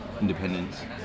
independence